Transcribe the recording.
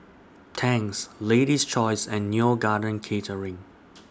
Tangs Lady's Choice and Neo Garden Catering